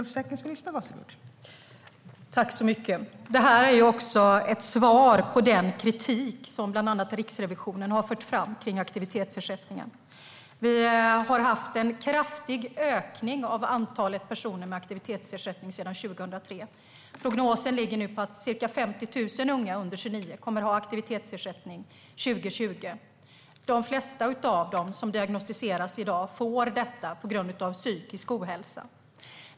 Fru talman! Detta är ett svar på den kritik som bland annat Riksrevisionen har fört fram mot aktivitetsersättningen. Det har skett en kraftig ökning av antalet personer med aktivitetsersättning sedan 2003. Prognosen ligger nu på att ca 50 000 unga under 29 år kommer att ha aktivitetsersättning 2020. De flesta av dem som diagnostiseras i dag får detta på grund av psykisk ohälsa.